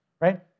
right